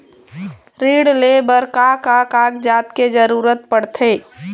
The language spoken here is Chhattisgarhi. ऋण ले बर का का कागजात के जरूरत पड़थे?